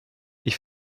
ich